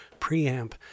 preamp